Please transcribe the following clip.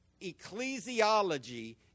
Ecclesiology